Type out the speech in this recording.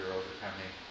overcoming